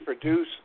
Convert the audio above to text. produce